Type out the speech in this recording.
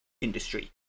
industry